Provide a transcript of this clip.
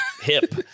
hip